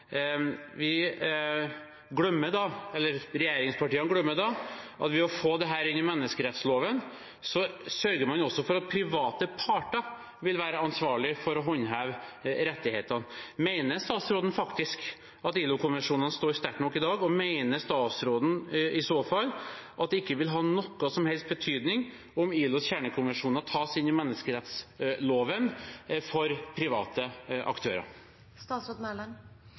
Regjeringspartiene glemmer da at ved å få dette inn i menneskerettsloven sørger man også for at private parter vil være ansvarlige for å håndheve rettighetene. Mener statsråden faktisk at ILO-konvensjonene står sterkt nok i dag? Og mener statsråden i så fall at det ikke vil ha noen som helst betydning om ILOs kjernekonvensjoner tas inn i menneskerettsloven for private aktører?